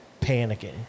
panicking